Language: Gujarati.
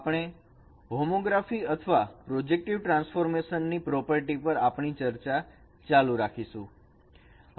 આપણે હોમોગ્રાફી અથવા પ્રોજેક્ટિવ ટ્રાન્સફોર્મેશન ની પ્રોપર્ટી પર આપણી ચર્ચા ચાલુ રાખીશું